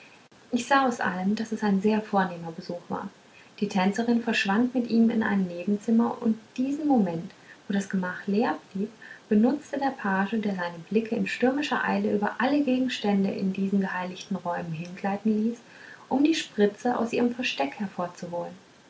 ich sah aus allem daß es ein sehr vornehmer besuch war die tänzerin verschwand mit ihm in ein nebenzimmer und diesen moment wo das gemach leer blieb benutzte der page der seine blicke in stürmischer eile über alle gegenstände in diesen geheiligten räumen hingleiten ließ um die spritze aus ihrem versteck hervorzuholen